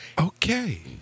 Okay